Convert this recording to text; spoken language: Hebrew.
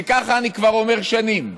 וככה אני כבר אומר שנים,